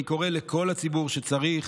אני קורא לכל הציבור שצריך,